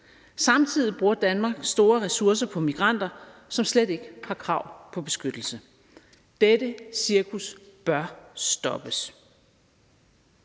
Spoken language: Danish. Samtidig bruger Danmark store ressourcer på migranter, som slet ikke har krav på beskyttelse. Dette cirkus bør stoppes.